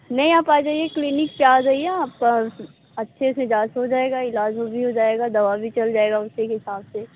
नहीं आप आ जाइए क्लिनिक पर आ जाइए आप अच्छे से जाँच हो जाएगा ईलाज वो भी जाएगा दवा भी चल जाएगा उसी के हिसाब से